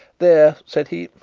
there, said he.